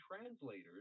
translators